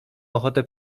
ochotę